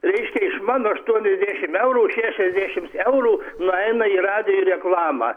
reiškia iš mano aštuoniasdešim eurų šešiasdešims eurų nueina į radijo reklamą